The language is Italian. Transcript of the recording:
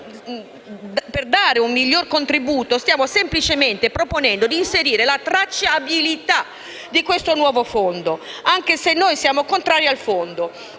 per dare un miglior contributo, stiamo semplicemente proponendo di inserire la tracciabilità di questo nuovo Fondo, anche se siamo contrari al fondo